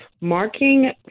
marking